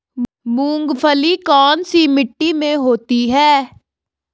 मूंगफली कौन सी मिट्टी में होती है?